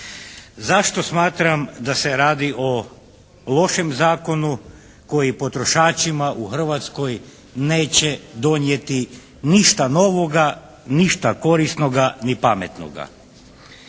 Zašto smatram da se radi o lošem zakonu koji potrošačima u Hrvatskoj neće donijeti ništa novoga, ništa korisnoga, ni pametnoga?